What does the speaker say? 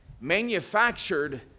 manufactured